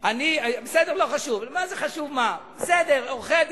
אבל אז אין